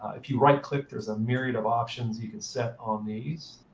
if you right-click, there's a myriad of options you can set on these